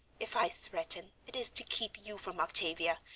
if i threaten, it is to keep you from octavia,